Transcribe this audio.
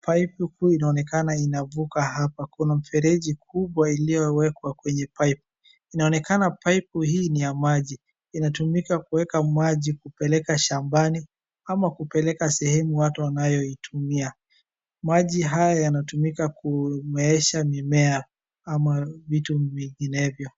Paipu kuu inaonekana inavuka hapa, kuna mfereji kubwa iliyoewekwa kwenye paipu. Inaonekana paipu hii ni ya maji. Inatumika kuweka maji, kupeleka shambani ama kupeleka sehemu watu wanayoitumia. Maji haya yanatumika kumeesha mimea ama vitu vinginevyo.